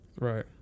Right